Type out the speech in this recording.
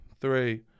three